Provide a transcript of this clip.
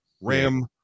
RAM